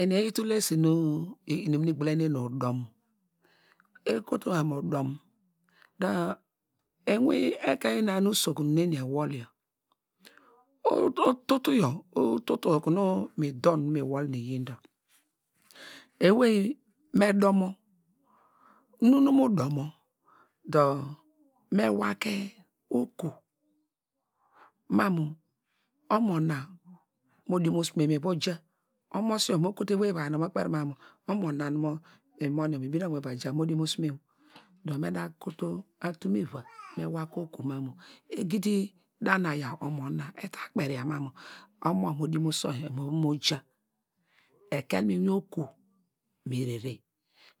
Emi eyi tul te esi nu inum nu igbulanen nu udum, ekotu ma mu udom dor iwin ekein na usokun nu eni ewol yor, ututu yor ututu okunu nu donw nu mi wol miyin dor ewey nu domo, nu nu mu domo dor me wa ke oku ma mu omo na modiomosume miva ja, omosio mo kotu ewey uvai num mor kperi ma mu omor na nu mi min yor mi bine okunu mi va ja dor me da kotu atumn iva me iva ke oku mamu egidi da nu aya omo na, eta kpriya ma mu omo yor modumose oyi mova moja ekel mu inwin oku me rere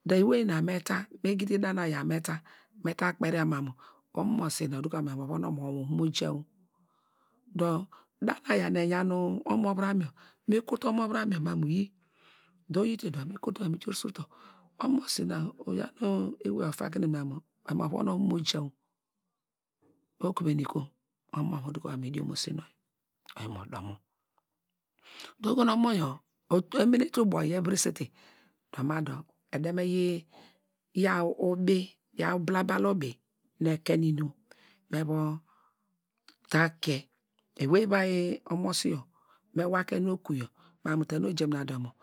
dor ewey na me ta me gidi da nu aya me ta me ta kperiya ma mu omosi na odulo mamu oyi ovan omo wor ovam moja o dor da nu aya nu eyan omo vuram yor me kotu omo vuram yor ma mu yi dor oyi te dor me kotu oyi meja se uto, omosi na oyaw nu ewey ofaken mamu oyi ovan wor moja okuveni kom omo yor mo mo duko ma mu idiomosen nu oyi, oyi mo domo dor oho nu omor yaw, emene te ubo yor uviresete dor ma a blabal ubi mu eken nu inum me vo ta kie ewey ovai omosi me wa ke enu oku yor ma mu te nu wa ke enu oku yor ma mu te nu ga.